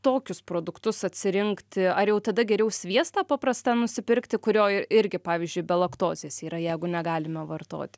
tokius produktus atsirinkti ar jau tada geriau sviestą paprasta nusipirkti kurio irgi pavyzdžiui be laktozės yra jeigu negalime vartoti